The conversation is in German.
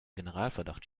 generalverdacht